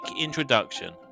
introduction